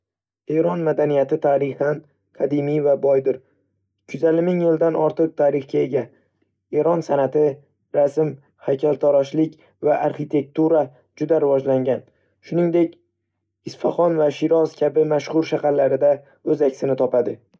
Eron madaniyati tarixan qadimiy va boydir, ikki yuz ellik ming yildan ortiq tarixga ega. Eron san'ati, rasm, haykaltaroshlik va arxitektura, juda rivojlangan, shuningdek, Isfahon va Shiroz kabi mashhur shaharlarida o'z aksini topadi.